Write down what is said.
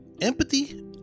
Empathy